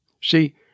See